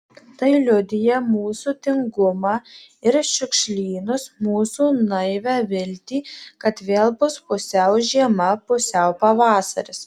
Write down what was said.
tai liudija mūsų tingumą ir šiukšlynus mūsų naivią viltį kad vėl bus pusiau žiema pusiau pavasaris